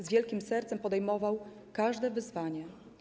Z wielkim sercem podejmował każde wyzwanie.